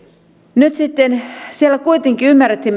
nyt sitten siellä kuitenkin ymmärrettiin